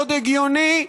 מאוד הגיוני,